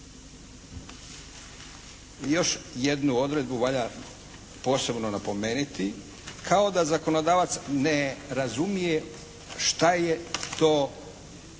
Još jednu odredbu valja posebno napomenuti. Kao da zakonodavac ne razumije šta je to,